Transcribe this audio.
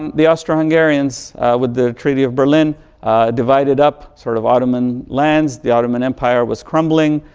and the austrian-hungarians with the treaty of berlin divided up, sort of ottoman lands, the ottoman empire was crumbling.